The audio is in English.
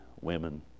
women